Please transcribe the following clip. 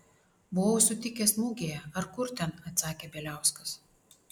buvau sutikęs mugėje ar kur ten atsakė bieliauskas